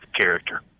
character